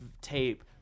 tape